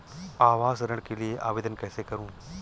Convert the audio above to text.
आवास ऋण के लिए आवेदन कैसे करुँ?